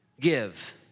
give